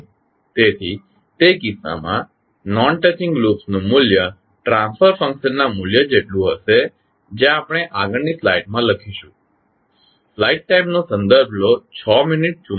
તેથી તે કિસ્સામાં નોન ટચિંગ લૂપ્સનું મૂલ્ય ટ્રાન્સફર ફંક્શનના મૂલ્ય જેટલું હશે જે આપણે આગળની સ્લાઇડ્સમાં લખીશું